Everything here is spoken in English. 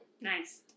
Nice